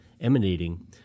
emanating